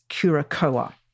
Curacoa